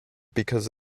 because